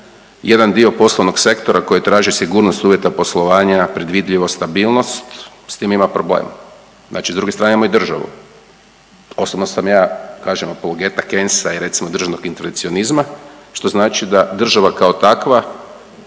jedan dio poslovnog sektora koji traži sigurnost uvjeta poslovanja, predvidljivost i stabilnost s tim ima problem, znači s druge strane imamo i državu. Osobno sam ja kažem polgeta Keynesa i recimo državnog intervencionizma što znači da država kao takva